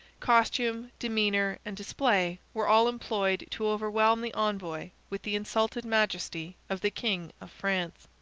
costume, demeanour, and display were all employed to overwhelm the envoy with the insulted majesty of the king of france.